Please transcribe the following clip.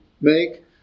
make